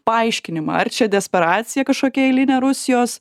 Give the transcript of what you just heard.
paaiškinimą ar čia desperacija kažkokia eilinė rusijos